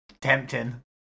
Tempting